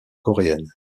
coréenne